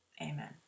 Amen